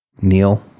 Neil